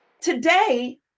Today